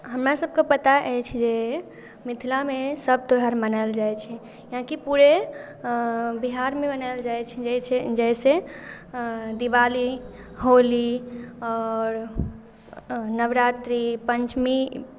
हमरासभकेँ पता अछि जे मिथिलामे सभ त्योहार मनायल जाइत छै किआकि पूरे बिहारमे मनायल जाइत छै जाइत छै जैसे दीवाली होली आओर नवरात्री पञ्चमी